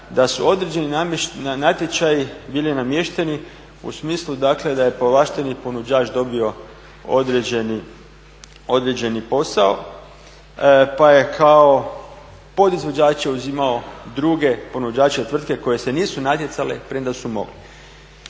da su određeni natječaji bili namješteni u smislu da je povlašteni ponuđač dobio određeni posao, pa je kao podizvođače uzimao druge ponuđače tvrtke koje se nisu natjecale premda su mogle.